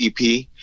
ep